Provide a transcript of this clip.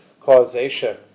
causation